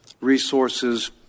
resources